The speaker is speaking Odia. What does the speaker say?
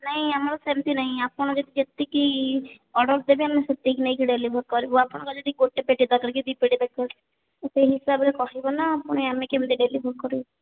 ନାହିଁ ଆମର ସେମିତି ନାହିଁ ଆପଣ ଯେ ଯେତିକି ଅର୍ଡ଼ର୍ ଦେବେ ଆମେ ସେତିକି ନେଇକି ଡେଲିଭରୀ କରିବୁ ଆପଣଙ୍କର ଯଦି ଗୋଟେ ପେଟି ଦରକାର କି ଦି ପେଟି ଦରକାର ତ ସେଇ ହିସାବରେ କହିବ ନାଁ ପୁଣି ଆମେ କେମିତି ଡେଲିଭରୀ କରିବୁ